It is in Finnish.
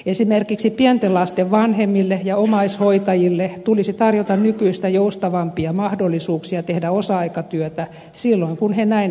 esimerkiksi pienten lasten vanhemmille ja omaishoitajille tulisi tarjota nykyistä joustavampia mahdollisuuksia tehdä osa aikatyötä silloin kun he näin haluavat menetellä